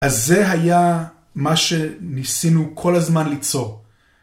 אז זה היה מה שניסינו כל הזמן ליצור.